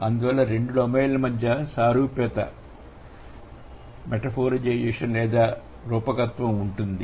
అందువల్ల రెండు డొమైన్ ల మధ్య సారూప్యత మెటఫోరిజేషన్ లేదా రూపకత్వం ఉంటుంది